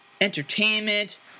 entertainment